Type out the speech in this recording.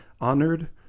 honored